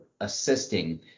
assisting